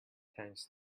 thanks